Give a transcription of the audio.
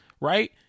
right